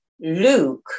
Luke